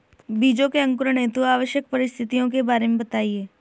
बीजों के अंकुरण हेतु आवश्यक परिस्थितियों के बारे में बताइए